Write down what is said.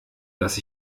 dass